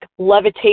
levitate